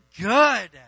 good